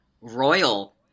Royal